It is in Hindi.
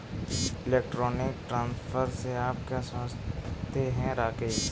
इलेक्ट्रॉनिक ट्रांसफर से आप क्या समझते हैं, राकेश?